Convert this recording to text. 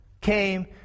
came